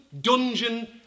dungeon